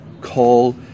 call